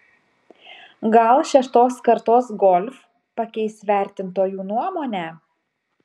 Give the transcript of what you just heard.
gal šeštos kartos golf pakeis vertintojų nuomonę